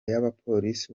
y’abapolisi